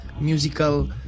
musical